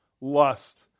Lust